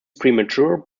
premature